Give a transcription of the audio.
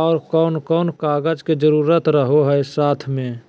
और कौन कौन कागज के जरूरत रहो है साथ में?